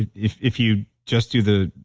if if you just do the,